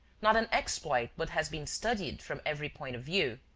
not an exploit but has been studied from every point of view,